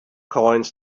coins